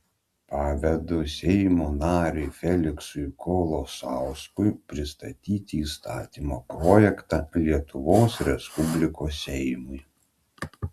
pavedu seimo nariui feliksui kolosauskui pristatyti įstatymo projektą lietuvos respublikos seimui